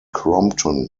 crompton